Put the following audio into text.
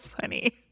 funny